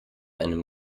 einem